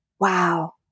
Wow